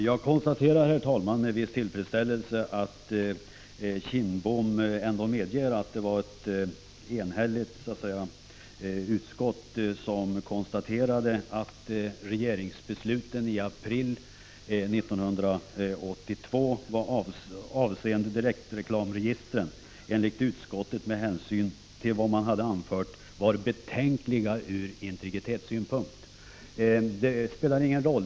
Herr talman! Jag noterar med viss tillfredsställelse att Bengt Kindbom medger att det var ett enhälligt utskott som konstaterade att regeringsbesluten i april 1982, avseende direktreklamregistren, var beklagliga från integritetssynpunkt.